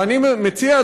ואני מציע,